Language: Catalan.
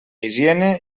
higiene